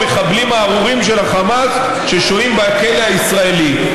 המחבלים הארורים של החמאס ששוהים בכלא הישראלי.